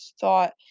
thought